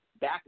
back